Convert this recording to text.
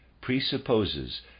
presupposes